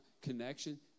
connection